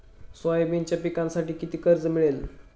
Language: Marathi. सोयाबीनच्या पिकांसाठी किती कर्ज मिळेल?